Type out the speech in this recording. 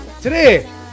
Today